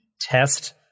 test